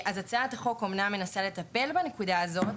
אז הצעת החוק אמנם מנסה לטפל בנקודה הזאת,